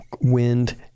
wind